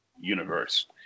universe